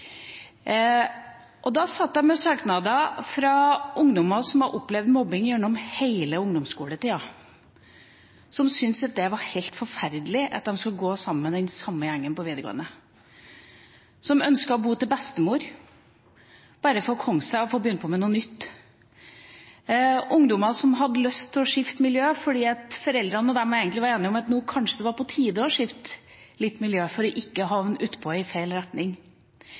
Nord-Trøndelag. Da satt jeg med søknader fra ungdommer som hadde opplevd mobbing gjennom hele ungdomsskoletida. De syntes det var helt forferdelig at de skulle gå sammen med den samme gjengen på videregående, man ønsket å bo hos bestemor bare for å begynne på noe nytt – ungdommer som hadde lyst til å skifte miljø fordi de og foreldrene egentlig var enige om at det nå kanskje var på tide å skifte miljø for ikke å havne utpå, ta feil retning.